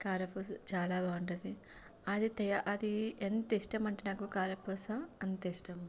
కారపూస చాలా బాగుంటుంది అది తయా అది ఎంత ఇష్టం అంటే నాకు కారపూస అంత ఇష్టము